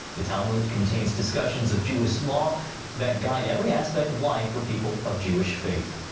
the talmud contains discussions of jewish law that guide every aspect of life for people of jewish faith.